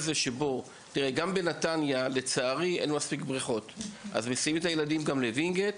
לצערי גם בנתניה אין מספיק בריכות ולכן מסיעים את הילדים לווינגייט,